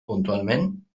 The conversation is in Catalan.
puntualment